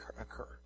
occur